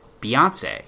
Beyonce